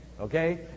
Okay